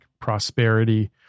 prosperity